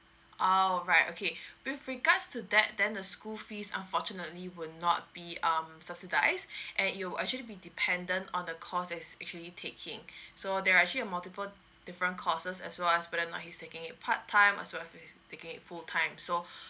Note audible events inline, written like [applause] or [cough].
all right okay with regards to that then the school fees unfortunately will not be um subsidised [breath] and it will actually be dependent on the course that's actually taking so there are actually a multiple different courses as well as whether or not he's taking it part time as well as if he's taking it full time so [breath]